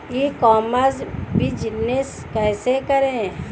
ई commerce business कैसे करें?